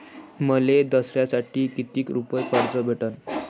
मले दसऱ्यासाठी कितीक रुपये कर्ज भेटन?